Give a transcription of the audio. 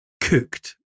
cooked